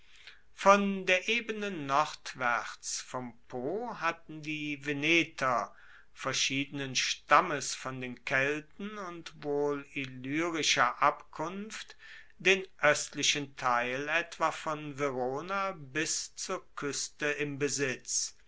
von der ebene nordwaerts vom po hatten die veneter verschiedenen stammes von den kelten und wohl illyrischer abkunft den oestlichen teil etwa von verona bis zur kueste im besitz